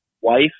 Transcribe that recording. wife